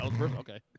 okay